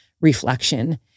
reflection